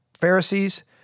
Pharisees